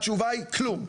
התשובה היא כלום.